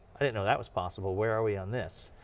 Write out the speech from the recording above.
i didn't know that was possible, where are we on this?